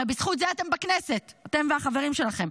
הרי בזכות זה אתם בכנסת, אתם והחברים שלכם.